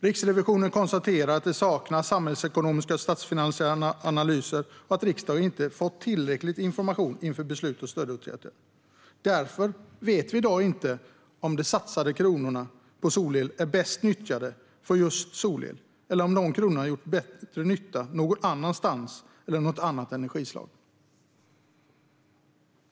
Riksrevisionen konstaterar att det saknas samhällsekonomiska och statsfinansiella analyser och att riksdagen inte fått tillräcklig information inför beslut om stödåtgärder. Därför vet vi i dag inte om de kronor som satsats på solel är bäst nyttjade för just solel eller om dessa kronor hade gjort större nytta någon annanstans eller för något annat energislag.